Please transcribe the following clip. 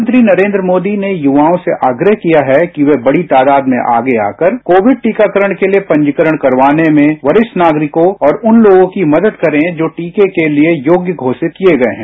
प्रधानमंत्री नरेन्द्र मोदी ने युवाओं से आग्रह किया है कि वे बड़ी तादाद में आगे आकर कोविड टीकाकारण के लिए पंजीकरण करवाने में वरिष्ठ नागरिकों और उन लोगों की मदद करें जो टीके के लिए योग्य घोषित किए गए हैं